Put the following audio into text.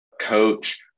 coach